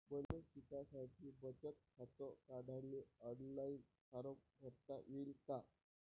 मले शिकासाठी बचत खात काढाले ऑनलाईन फारम भरता येईन का?